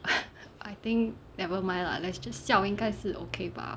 I think never mind lah let's just 笑应该是 okay bah